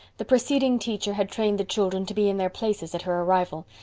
the preceding teacher had trained the children to be in their places at her arrival,